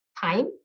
Time